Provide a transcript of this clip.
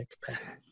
capacity